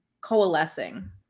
coalescing